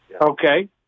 Okay